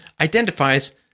identifies